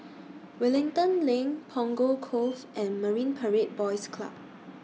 Wellington LINK Punggol Cove and Marine Parade Boys Club